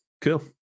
cool